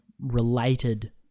related